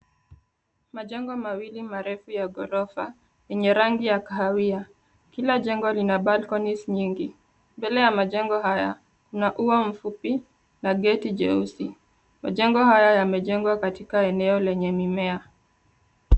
Majengo mawili marefu ya gorofa yenye rangi ya kahawia. Kila jengo lina balconies nyingi, mbele ya majengo haya kuna ua mfupi na gate jeusi. Majengo haya yamejengwa katika eneo lenye mimea.